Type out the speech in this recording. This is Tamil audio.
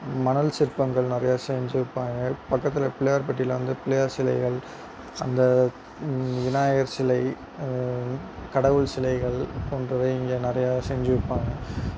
மணல் சிற்பங்கள் நிறையா செஞ்சு விற்பாங்கள் பக்கத்தில் பிள்ளையார்பட்டியில் வந்து பிள்ளையார் சிலைகள் அந்த விநாயகர் சிலை அதாவது கடவுள் சிலைகள் போன்றவை இங்கே நிறையா செஞ்சு விற்பாங்க